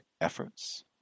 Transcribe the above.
efforts